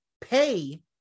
pay